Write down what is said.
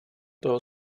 toho